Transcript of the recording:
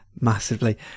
massively